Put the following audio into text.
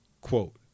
quote